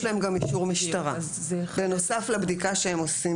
להם גם אישור משטרה בנוסף לבדיקה שהם עושים,